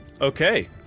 Okay